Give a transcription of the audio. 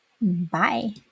Bye